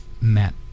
met